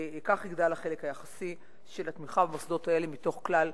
כך יגדל החלק היחסי של התמיכה במוסדות האלה מתוך כלל